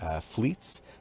fleets